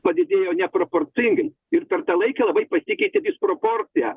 padidėjo neproporcingai ir per tą laiką labai pasikeitė disproporcija